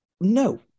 no